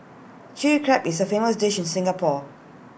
Chilli Crab is A famous dish in Singapore